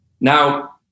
Now